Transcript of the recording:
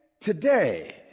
today